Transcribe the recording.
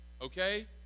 okay